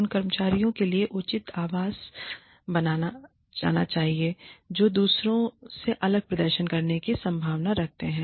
उन कर्मचारियों के लिए उचित आवास बनाया जाना चाहिए जो दूसरों से अलग प्रदर्शन करने की संभावना रखते हैं